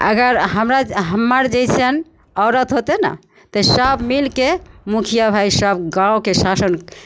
अगर हमरा हमर जइसन औरत होतै ने तऽ सब मिलिके मुखिआ भाइ सब गामके शासन